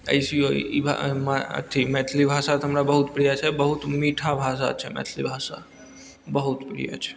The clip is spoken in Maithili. ई अथी मैथिली भाषा तऽ हमरा बहुत प्रिय छै बहुत मीठा भाषा छै मैथिली भाषा बहुत प्रिय छै